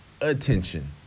attention